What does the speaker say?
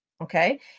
okay